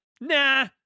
nah